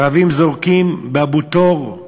ערבים זורקים באבו-תור,